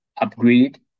upgrade